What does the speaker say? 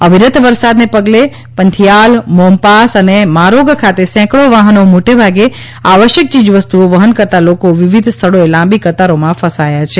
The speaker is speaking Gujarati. અવિરત વરસાદને પગલે પંથિઆલ મોમ પાસ અને મારોગ ખાતે સેંકડો વાહનો મોટે ભાગે આવશ્યક ચીજવસ્તુઓ વહન કરતા લોકો વિવિધ સ્થળોએ લાંબી કતારોમાં ફસાયા છે